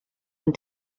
and